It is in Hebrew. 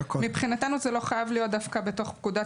מבחינתנו זה לא חייב להיות דווקא בתוך פקודת